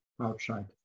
outside